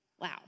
Wow